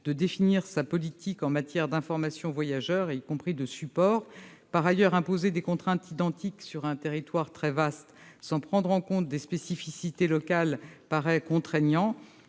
de définir sa politique en matière d'information des voyageurs, y compris en termes de supports. Par ailleurs, imposer des contraintes identiques sur un territoire très vaste, sans prendre en compte des spécificités locales, paraît contraignant.